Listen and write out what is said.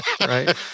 right